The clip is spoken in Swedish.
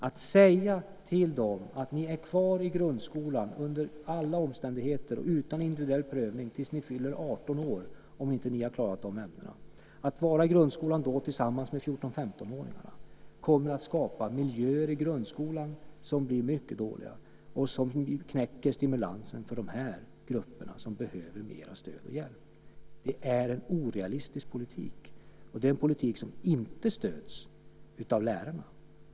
Om vi säger till dem att de blir kvar i grundskolan, tillsammans med 14 och 15-åringarna, under alla omständigheter och utan individuell prövning tills de fyller 18 år om de inte klarar de här ämnena skapar vi miljöer i grundskolan som blir mycket dåliga och som knäcker stimulansen för just de grupper som behöver mer stöd och hjälp. Det är en orealistisk politik. Det är också en politik som inte stöds av lärarna.